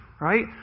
Right